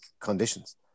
conditions